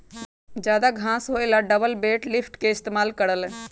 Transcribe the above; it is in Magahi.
जादा घास होएला पर डबल बेल लिफ्टर के इस्तेमाल कर ल